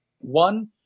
one